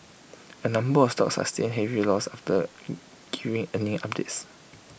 A number of stocks sustain heavy loss after giving earning updates